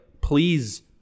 please